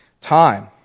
time